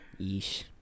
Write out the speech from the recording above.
Yeesh